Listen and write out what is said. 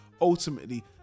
ultimately